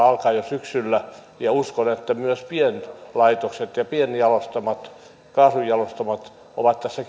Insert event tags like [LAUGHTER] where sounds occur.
[UNINTELLIGIBLE] alkaa jo syksyllä uskon että myös pienlaitokset ja pienjalostamot kaasunjalostamot ovat tässä [UNINTELLIGIBLE]